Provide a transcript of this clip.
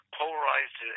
polarized